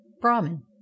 Brahmin